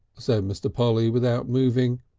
said mr. polly without moving,